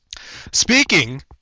Speaking